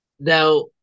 Now